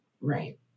Right